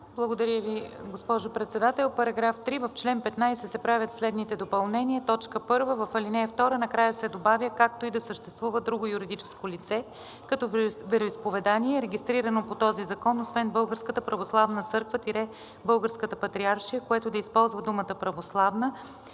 Благодаря Ви, госпожо Председател. „§ 3. В чл. 15 се правят следните допълнения: 1. В ал. 2. накрая се добавя „както и да съществува друго юридическо лице като вероизповедание, регистрирано по този закон, освен Българската православна църква – Българската патриаршия, което да използва думата „православна“